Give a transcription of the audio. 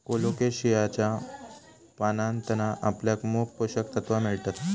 कोलोकेशियाच्या पानांतना आपल्याक मोप पोषक तत्त्वा मिळतत